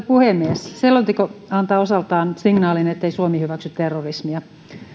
puhemies selonteko antaa osaltaan signaalin ettei suomi hyväksy terrorismia